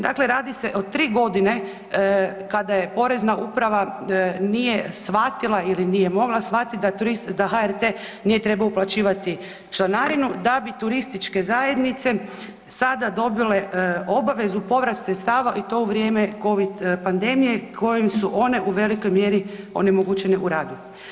Dakle, radi se o tri godine kada je Porezna uprava nije shvatila ili nije mogla shvatiti da HRT nije trebao uplaćivati članarinu da bi turističke zajednice sada dobile obavezu povrat sredstava i to u vrijeme covid pandemije kojim su one u velikoj mjeri onemogućene u radu.